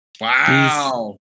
Wow